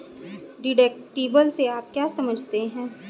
Deductible से आप क्या समझते हैं?